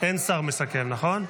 אין שר מסכם, נכון?